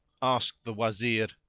asked the wazir,